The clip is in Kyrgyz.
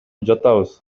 жатабыз